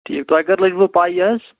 ٹھیٖک تۄہہِ کَر لٔجوٕ پَے یہِ حظ